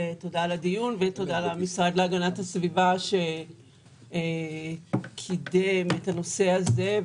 תודה עבור הדיון ותודה למשרד להגנת הסביבה שקידם את הנושא הזה.